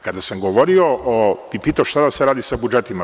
Kada sam govorio i pitao šta da se radi sa budžetima.